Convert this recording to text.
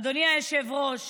אדוני היושב-ראש,